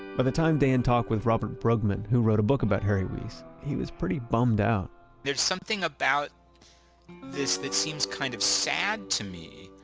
by the time dan talked with robert bruegmann, who wrote a book about harry weese, he was pretty bummed out there's something about this that seems kind of sad to me.